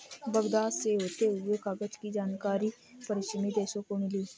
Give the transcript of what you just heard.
Baghdad से होते हुए कागज की जानकारी पश्चिमी देशों को मिली